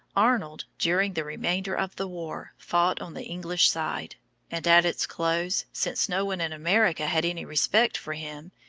arnold, during the remainder of the war, fought on the english side and at its close, since no one in america had any respect for him,